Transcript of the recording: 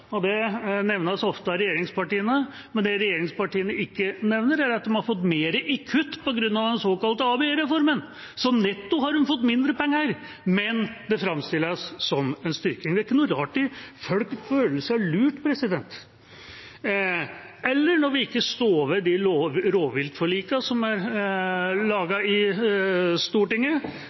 og det nevnes ofte av regjeringspartiene. Men det regjeringspartiene ikke nevner, er at de har fått mer i kutt på grunn av den såkalte ABE-reformen. Så netto har de fått mindre penger, men det framstilles som en styrking. Det er ikke noe rart at folk føler seg lurt. Det er det heller ikke når en ikke står ved de rovviltforlikene som er gjort i Stortinget,